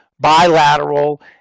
bilateral